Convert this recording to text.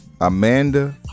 Amanda